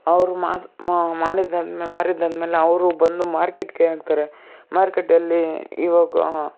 ಅವರು ಮಾಡಿದ ಮಾರಿದ್ದಾದ್ಮೇಲೆ ಅವರು ಬಂದು ಮಾರ್ಕೆಟ್ಗೆ ಹಾಕ್ತಾರೆ ಮಾರ್ಕೆಟಲ್ಲಿ ಈವಾಗ